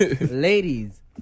Ladies